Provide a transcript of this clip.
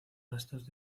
restos